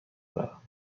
دارم